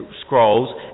scrolls